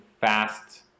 fast